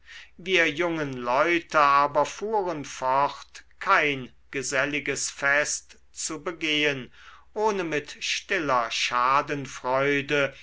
wir jungen leute aber fuhren fort kein geselliges fest zu begehen ohne mit stiller schadenfreude